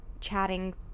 chatting